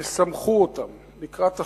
תשמחו אותם לקראת החג,